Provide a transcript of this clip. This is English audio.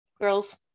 Girls